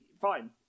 fine